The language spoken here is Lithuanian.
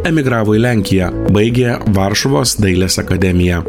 emigravo į lenkiją baigė varšuvos dailės akademiją